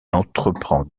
entreprend